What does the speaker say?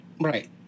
Right